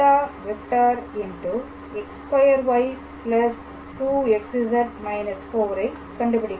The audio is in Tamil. x2y 2xz − 4 ஐ கண்டுபிடிக்க வேண்டும்